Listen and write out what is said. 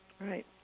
right